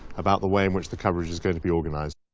about the way in which the coverage is going to be organised.